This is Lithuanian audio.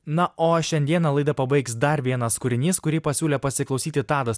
na o šiandieną laidą pabaigs dar vienas kūrinys kurį pasiūlė pasiklausyti tadas